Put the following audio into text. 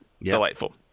Delightful